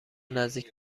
نزدیک